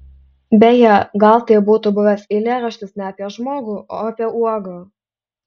beje gal tai būtų buvęs eilėraštis ne apie žmogų o apie uogą